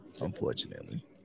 Unfortunately